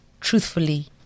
truthfully